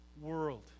world